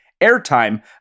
airtime